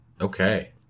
Okay